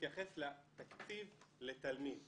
ממוצע תקציב לתלמיד 2000-2018,